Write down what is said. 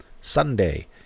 Sunday